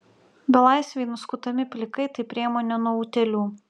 belaisviai nuskutami plikai tai priemonė nuo utėlių